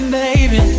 baby